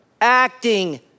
acting